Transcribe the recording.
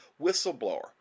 whistleblower